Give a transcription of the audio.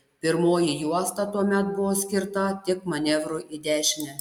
pirmoji juosta tuomet buvo skirta tik manevrui į dešinę